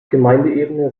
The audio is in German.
gemeindeebene